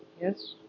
Yes